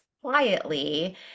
quietly